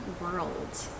world